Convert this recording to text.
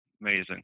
amazing